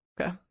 Okay